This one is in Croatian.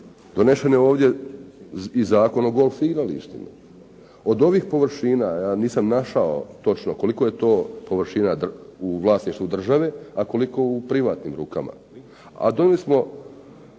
donešen je ovdje i Zakon o golf igralištima. Od ovih površina ja nisam našao točno koliko je to površina u vlasništvu države, a koliko u privatnim rukama,